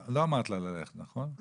אני מנהלת אגף גמלאות נכות בביטוח לאומי,